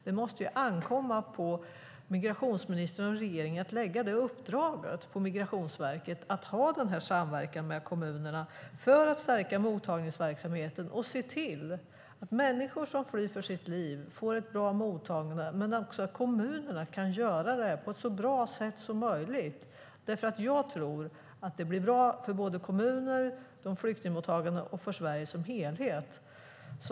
Det måste ankomma på migrationsministern och regeringen att lägga det uppdraget på Migrationsverket att ha en samverkan med kommunerna för att stärka mottagningsverksamheten och se till att människor som flyr för sitt liv får ett bra mottagande, men också att kommunerna kan göra det på ett så bra sätt som möjligt. Jag tror att det blir bra både för de flyktingmottagande kommunerna och för Sverige som helhet.